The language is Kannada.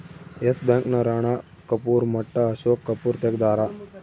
ಎಸ್ ಬ್ಯಾಂಕ್ ನ ರಾಣ ಕಪೂರ್ ಮಟ್ಟ ಅಶೋಕ್ ಕಪೂರ್ ತೆಗ್ದಾರ